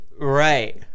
Right